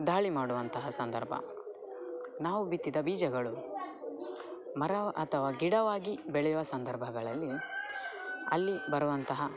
ದಾಳಿ ಮಾಡುವಂತಹ ಸಂದರ್ಭ ನಾವು ಬಿತ್ತಿದ ಬೀಜಗಳು ಮರ ಅಥವಾ ಗಿಡವಾಗಿ ಬೆಳೆಯುವ ಸಂದರ್ಭಗಳಲ್ಲಿ ಅಲ್ಲಿ ಬರುವಂತಹ